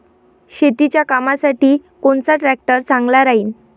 शेतीच्या कामासाठी कोनचा ट्रॅक्टर चांगला राहीन?